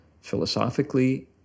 philosophically